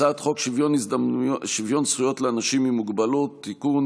הצעת חוק שוויון זכויות לאנשים עם מוגבלות (תיקון,